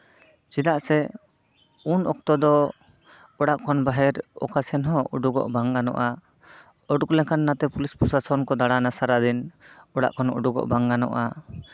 ᱪᱮᱫᱟᱜ ᱥᱮ ᱩᱱ ᱚᱠᱛᱚ ᱫᱚ ᱚᱲᱟᱜ ᱠᱷᱚᱱ ᱵᱟᱦᱮᱨ ᱚᱠᱟ ᱥᱮᱱᱦᱚᱸ ᱩᱰᱩᱠᱚᱜ ᱵᱟᱝ ᱜᱟᱱᱚᱜᱼᱟ ᱩᱰᱩᱠ ᱞᱮᱠᱷᱟᱱ ᱱᱟᱛᱮ ᱯᱩᱞᱤᱥ ᱯᱨᱚᱥᱟᱥᱚᱱ ᱠᱚ ᱫᱟᱬᱟᱱᱟ ᱥᱟᱨᱟ ᱫᱤᱱ ᱚᱲᱟᱜ ᱠᱷᱚᱱ ᱩᱰᱩᱠᱚᱜ ᱵᱟᱝ ᱜᱟᱱᱚᱜᱼᱟ